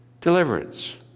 deliverance